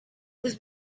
was